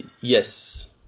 Yes